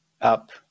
up